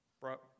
brought